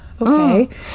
Okay